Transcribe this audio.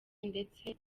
ndetse